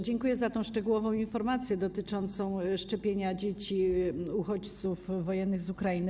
Dziękuję za tę szczegółową informację dotyczącą szczepienia dzieci uchodźców wojennych z Ukrainy.